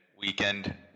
weekend